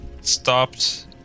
stopped